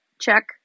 check